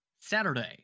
Saturday